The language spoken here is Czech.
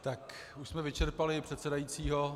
Už jsme vyčerpali i předsedajícího.